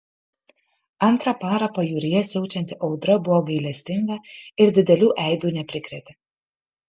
antrą parą pajūryje siaučianti audra buvo gailestinga ir didelių eibių neprikrėtė